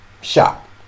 shop